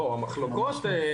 המחלוקות,